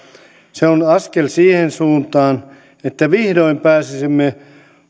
se on askel siihen suuntaan että vihdoin pääsisimme